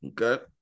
Okay